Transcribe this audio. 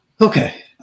Okay